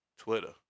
Twitter